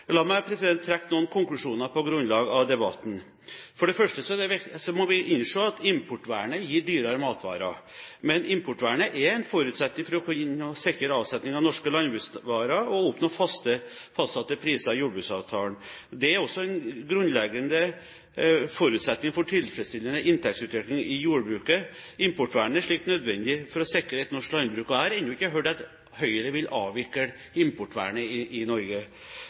La meg trekke noen konklusjoner på grunnlag av debatten. For det første må vi innse at importvernet gir dyrere matvarer. Men importvernet er en forutsetning for å kunne sikre avsetning av norske landbruksvarer og å oppnå fastsatte priser i jordbruksavtalen. Det er også en grunnleggende forutsetning for tilfredsstillende inntektsutvikling i jordbruket. Importvernet er slik nødvendig for å sikre et norsk landbruk. Jeg har ennå ikke hørt at Høyre vil avvikle importvernet i Norge. Samtidig er det viktig å understreke at Norge har preferanseordninger. I